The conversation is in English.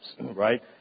right